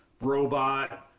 robot